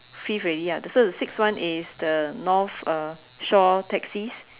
fifth already ah so the sixth one is the north uh shore taxis